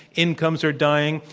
incomes are dying,